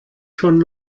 schon